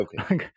Okay